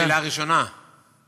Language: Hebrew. השאלה הראשונה, ויתרת על השאלה הראשונה?